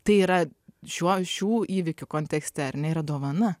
tai yra šiuo šių įvykių kontekste ar ne yra dovana